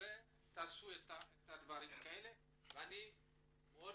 אני מצטער על העיכוב,